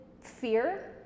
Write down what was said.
fear